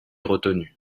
retenu